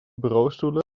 bureaustoelen